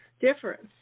difference